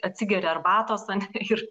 atsigeri arbatos ane ir